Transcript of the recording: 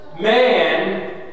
man